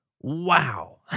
Wow